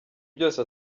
byose